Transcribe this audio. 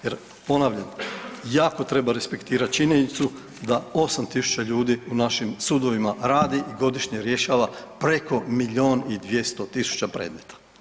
Jer ponavljam, jako treba respektirat činjenicu da 8.000 ljudi u našim sudovima radi i godišnje rješava preko milion i 200 tisuća predmeta.